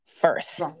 first